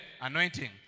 anointing